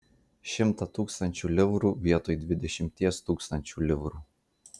šimtą tūkstančių livrų vietoj dvidešimties tūkstančių livrų